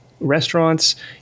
Restaurants